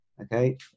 Okay